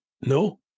No